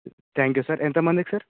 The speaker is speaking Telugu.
త్యాంక్ యూ సార్ ఎంత మందికి సార్